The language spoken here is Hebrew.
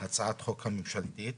הצעת החוק הממשלתית.